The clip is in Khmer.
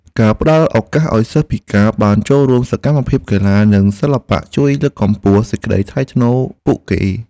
ការផ្តល់ឱកាសឱ្យសិស្សពិការបានចូលរួមសកម្មភាពកីឡានិងសិល្បៈជួយលើកកម្ពស់សេចក្តីថ្លៃថ្នូរពួកគេ។